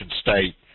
State